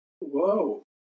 whoa